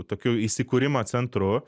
tokiu įsikūrimo centru